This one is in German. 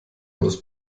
aus